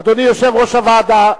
אדוני יושב-ראש הוועדה,